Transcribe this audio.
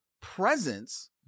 presence